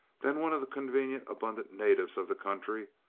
then one of the convenient abundant natives of the country,